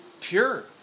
pure